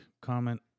comment